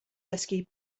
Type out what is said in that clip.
dysgu